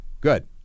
Good